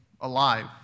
alive